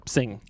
Sing